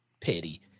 pity